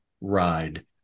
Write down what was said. ride